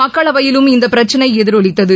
மக்களவையிலும் இந்தப் பிரச்னை எதிரொலித்தது